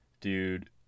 dude